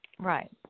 Right